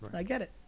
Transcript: i get it.